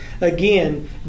Again